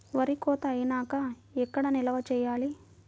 వరి కోత అయినాక ఎక్కడ నిల్వ చేయాలి?